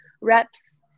reps